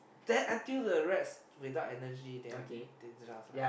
there until the rest without energy then dead they just like